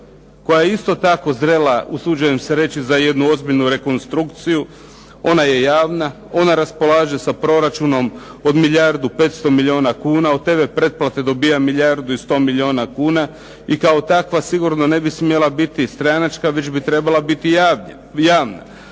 koja je isto tako zrela, usuđujem se reći, za jednu ozbiljnu rekonstrukciju. Ona je javna, ona raspolaže sa proračunom od milijardu 500 milijuna kuna, od tv pretplate dobiva milijardu i 100 milijuna kuna i kao takva sigurno ne bi smjela biti stranačka već bi trebala biti javna.